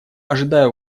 ожидаю